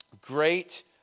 great